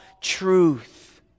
truth